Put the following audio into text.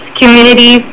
community